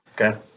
okay